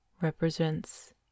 represents